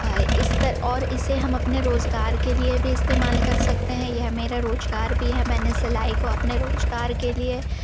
इससे और इसे हम अपने रोजगार के लिए भी इस्तेमाल कर सकते हैं यह मेरा रोजगार भी है मैंने सिलाई को अपने रोजगार के लिए